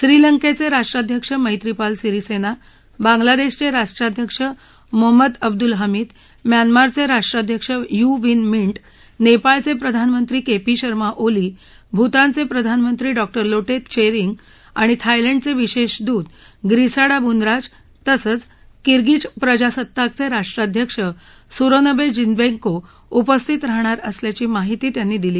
श्रीलंकेचे राष्ट्राध्यक्ष मैत्रिपाल सिरिसेना बांग्लादेशचे राष्ट्राध्यक्ष मोहम्मद अब्दुल हमीद म्यानमारचे राष्ट्राध्यक्ष यु वीन मिंद्र नेपाळचे प्रधानमंत्री के पी शर्मा ओली भूतानचे प्रधानमंत्री डॉक्ते लो त्शेरिंग आणि थायलंडचे विशेष दूत ग्रीसाडा बूनराज तसंच किर्गीज प्रजासत्ताकचे राष्ट्राध्यक्ष सूरोनवे जीन्बेको उपस्थित राहणार असल्याची माहिती त्यांनी दिली